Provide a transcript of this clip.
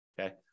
Okay